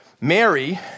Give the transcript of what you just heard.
Mary